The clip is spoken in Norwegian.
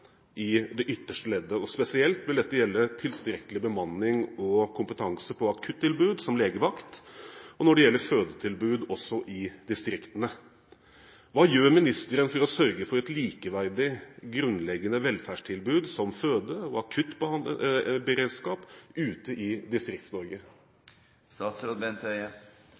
på akuttilbud, som legevakt og fødetilbud også i distriktene. Hva gjør ministeren for å sørge for et likeverdig grunnleggende velferdstilbud som føde- og akuttberedskap ute i